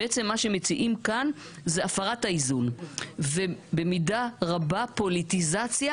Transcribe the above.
בעצם מה שמציעים כאן זה הפרת האיזון ובמידה רבה פוליטיזציה